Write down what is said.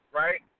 right